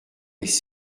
les